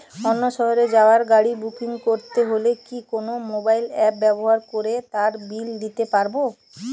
অন্য শহরে যাওয়ার গাড়ী বুকিং করতে হলে কি কোনো মোবাইল অ্যাপ ব্যবহার করে তার বিল দিতে পারব?